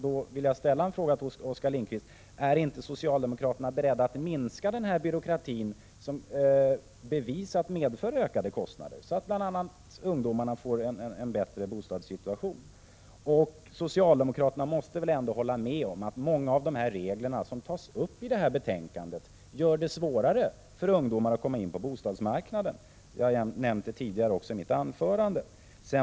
Då frågar jag Oskar Lindkvist: Är inte socialdemokraterna beredda att minska denna byråkrati, som bevisligen medfört ökade kostnader, så att bl.a. ungdomen får en bättre bostadssituation? Socialdemokraterna måste väl ändå hålla med om att många av de regler som berörs i betänkandet gör det svårare för ungdomen att komma in på bostadsmarknaden. Detta nämnde jag tidigare i mitt anförande.